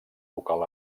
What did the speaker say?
local